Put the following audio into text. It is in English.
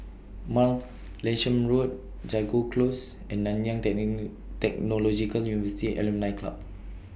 Martlesham Road Jago Close and Nanyang Technological University Alumni Club